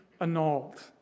annulled